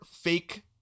fake